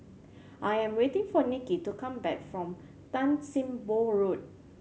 I am waiting for Nikki to come back from Tan Sim Boh Road